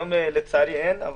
היום לצערי אין לנו סמכות,